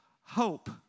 hope